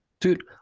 dude